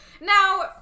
Now